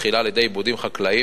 בתחילה על-ידי עיבודים חקלאיים,